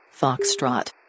Foxtrot